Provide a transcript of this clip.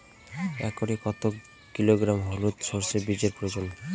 একরে কত কিলোগ্রাম হলুদ সরষে বীজের প্রয়োজন?